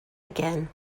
again